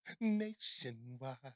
Nationwide